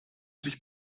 sich